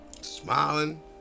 smiling